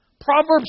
Proverbs